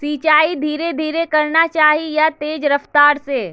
सिंचाई धीरे धीरे करना चही या तेज रफ्तार से?